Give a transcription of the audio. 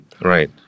right